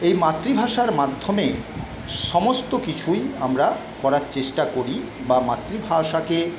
এই মাতৃভাষার মাধ্যমে সমস্ত কিছুই আমরা করার চেষ্টা করি বা মাতৃভাষাকে